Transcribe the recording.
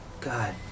god